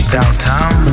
downtown